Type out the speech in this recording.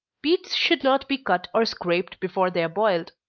beets should not be cut or scraped before they are boiled,